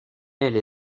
elle